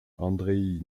andreï